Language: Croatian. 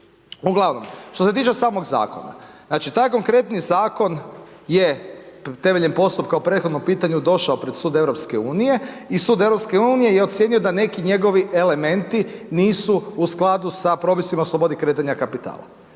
Uglavnom što se tiče samog zakona, znači taj konkretni zakon je temeljem postupka o prethodnom pitanju došao pred Sud EU i Sud EU je ocijenio da neki njegovi elementi nisu u skladu sa propisima o slobodi kretanja kapitala,